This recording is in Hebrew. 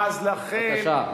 אז לכן,